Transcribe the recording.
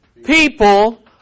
People